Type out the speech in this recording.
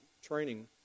training